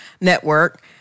network